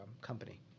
company